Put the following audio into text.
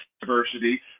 diversity